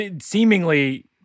seemingly